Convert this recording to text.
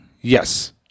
Yes